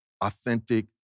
authentic